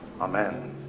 Amen